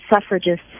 suffragists